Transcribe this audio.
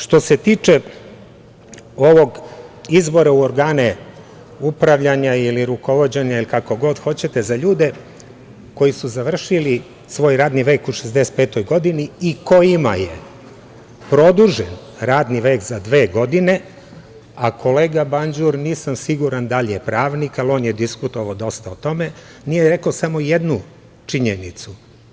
Što se tiče ovog izbora u organe upravljanja ili rukovođenja ili kako god hoćete, za ljude koji su završili svoj radni vek u 65 godini i kojima je produžen radni vek za dve godine, a kolega Banđur nisam siguran da li je pravnik, ali on je diskutovao dosta o tome, nije rekao samo jednu činjenicu.